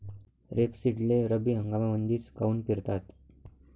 रेपसीडले रब्बी हंगामामंदीच काऊन पेरतात?